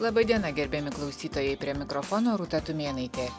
laba diena gerbiami klausytojai prie mikrofono rūta tumėnaitė